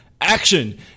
action